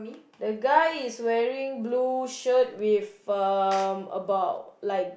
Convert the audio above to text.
the guy is wearing blue shirt with um about like